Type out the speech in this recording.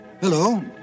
Hello